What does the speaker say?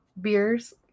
beers